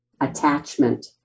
attachment